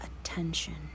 attention